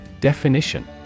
Definition